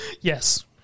Yes